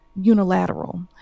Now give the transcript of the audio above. unilateral